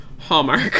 Hallmark